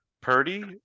purdy